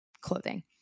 clothing